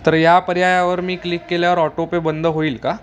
तर या पर्यायावर मी क्लिक केल्यावर ऑटोपे बंद होईल का